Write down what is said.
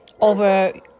over